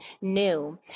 new